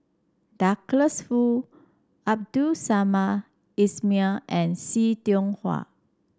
Douglas Foo Abdul Samad Ismail and See Tiong Wah